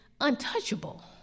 untouchable